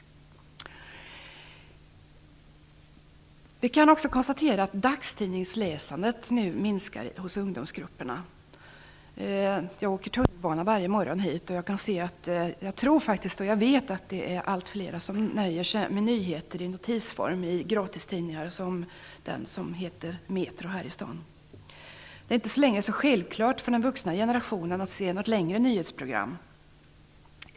Vi kan också konstatera att dagstidningsläsandet nu minskar hos ungdomsgrupperna. Jag åker tunnelbana hit varje morgon, och jag tror och vet att det är allt fler som nöjer sig med nyheter i notisform i gratistidningar som den som heter Metro här i staden. Det är inte längre så självklart för den vuxna generationen att se något längre nyhetsprogram.